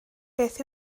beth